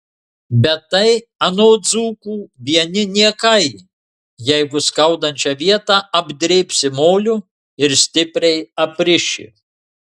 bet tai anot dzūkų vieni niekai jeigu skaudančią vietą apdrėbsi moliu ir stipriai apriši